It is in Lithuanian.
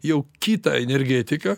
jau kitą energetiką